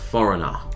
Foreigner